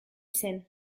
zen